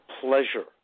pleasure